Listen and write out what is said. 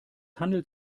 handelt